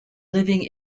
living